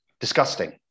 Disgusting